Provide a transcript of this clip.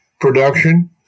production